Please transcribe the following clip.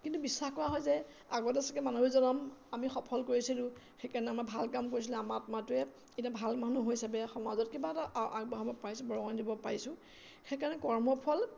কিন্তু বিশ্বাস কৰা হয় যেআগতে চাগে মানৱী জনম আমি সফল কৰিছিলোঁ সেইকাৰণে আমাৰ ভাল কাম কৰিছিলে আমাৰ আত্মাটোৱে এতিয়া ভাল মানুহ হৈছে সমাজত কিবা এটা আগবঢ়াব পাৰিছোঁ বৰঙনি দিব পাৰিছোঁ সেইকাৰণে কৰ্মফল